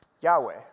Yahweh